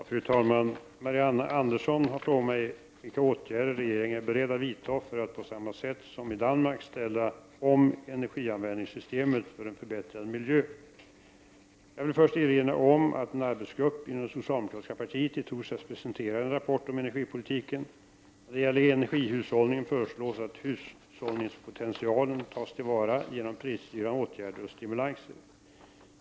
Fru talman! Marianne Andersson har frågat mig vilka åtgärder regeringen är beredd att vidta för att på samma sätt som i Danmark ställa om energianvändningssystemet för en förbättrad miljö. Jag vill först erinra om att en arbetsgrupp inom det socialdemokratiska partiet i torsdags presenterade en rapport om energipolitiken. När det gäller energihushållningen föreslås att hushållningspotentialen tas till vara genom prisstyrande åtgärder och stimulanser.